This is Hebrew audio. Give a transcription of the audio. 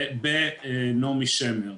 בנעמי שמר.